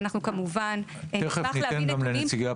ואנחנו כמובן נשמח להביא נתונים.